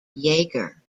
yeager